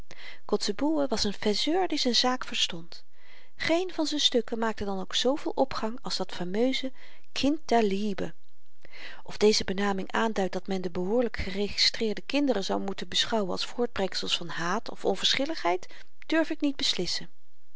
was n faiseur die z'n zaak verstond geen van z'n stukken maakte dan ook zooveel opgang als dat fameuse kind der liebe of deze benaming aanduidt dat men de behoorlyk geregistreerde kinderen zou moeten beschouwen als voortbrengsels van haat of onverschilligheid durf ik niet beslissen